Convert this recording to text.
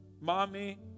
mommy